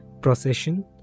procession